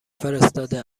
فرستاده